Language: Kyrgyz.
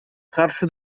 каршы